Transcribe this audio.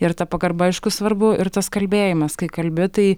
ir ta pagarba aišku svarbu ir tas kalbėjimas kai kalbi tai